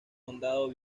condado